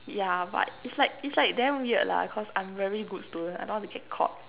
yeah but it's like it's like damn weird lah cause I'm very good student I don't want to get caught